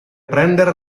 prender